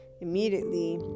immediately